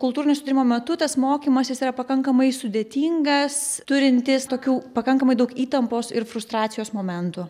kultūrinio sudūrimo metu tas mokymasis yra pakankamai sudėtingas turintis tokių pakankamai daug įtampos ir frustracijos momentų